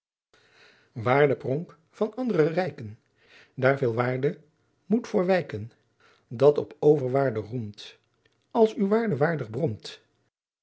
waarde pronk van andre rijken daar veel waarde moet voor wijken dat op overwaarde roemt als uw waarde waardig bromt